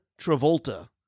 Travolta